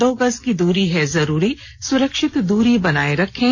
दो गज की दूरी है जरूरी सुरक्षित दूरी बनाए रखें